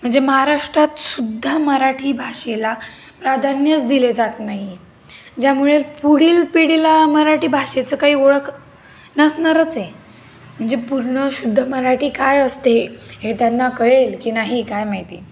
म्हणजे महाराष्ट्रातसुद्धा मराठी भाषेला प्राधान्यच दिले जात नाही आहे ज्यामुळे पुढील पिढीला मराठी भाषेचं काही ओळख नसणारच आहे म्हणजे पूर्ण शुद्ध मराठी काय असते हे त्यांना कळेल की नाही काय माहिती